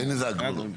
אין הגבלות.